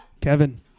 Kevin